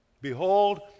Behold